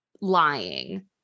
lying